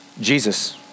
Jesus